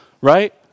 right